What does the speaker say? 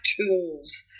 tools